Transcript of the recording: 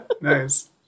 nice